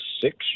six